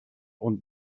und